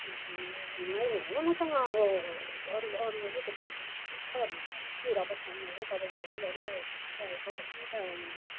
होइन होइन मसँग अब अरू अरूहरू दोकानहरूको पनि छ नम्बर त्यही र पनि म अब मैले चाहिँ तपाईँकोबाटै गरिरहेको किनिरहेको भनेर चाहिँ अब मैले